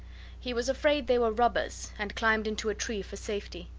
he was afraid they were robbers, and climbed into a tree for safety.